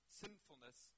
sinfulness